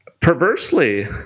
perversely